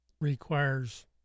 requires